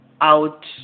out